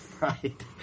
right